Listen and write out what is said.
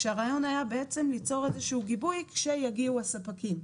כשהרעיון היה בעצם ליצור איזשהו גיבוי כשיגיעו הספקים.